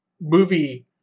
movie